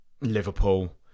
Liverpool